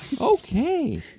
Okay